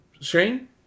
Shane